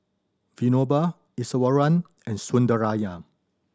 Vinoba Iswaran and Sundaraiah